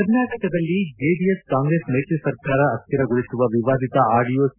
ರಾಜ್ಯದಲ್ಲಿನ ಜೆಡಿಎಸ್ ಕಾಂಗ್ರೆಸ್ ಮೈತ್ರಿ ಸರ್ಕಾರ ಅಸ್ಥಿರಗೊಳಿಸುವ ವಿವಾದಿತ ಆಡಿಯೋ ಸಿ